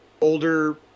older